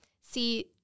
see